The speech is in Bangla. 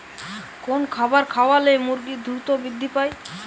কোন খাবার খাওয়ালে মুরগি দ্রুত বৃদ্ধি পায়?